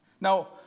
Now